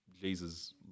Jesus